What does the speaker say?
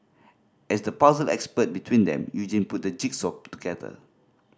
as the puzzle expert between them Eugene put the jigsaw together